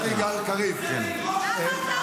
סליחה,